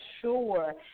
sure